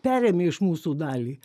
perėmė iš mūsų dalį